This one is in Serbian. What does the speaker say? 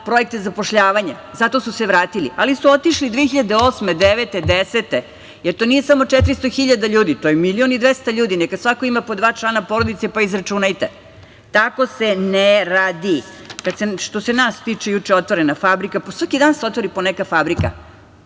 projekte zapošljavanja. Zato su se vratili. Ali su otišli 2008, 2009. i 2010. godine. To nije samo 400.000 ljudi, to je milion i 200 ljudi. Neka svako ima po dva člana porodice, pa izračunajte. Tako se ne radi. Što se nas tiče, juče je otvorena fabrika, pa svaki dan se otvori po neka fabrika.